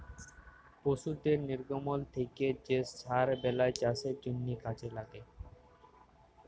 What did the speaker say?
পশুদের লির্গমল থ্যাকে যে সার বেলায় চাষের জ্যনহে কাজে ল্যাগে